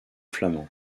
flamand